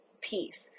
peace